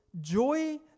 joy